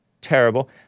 terrible